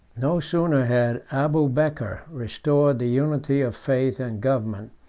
no sooner had abubeker restored the unity of faith and government,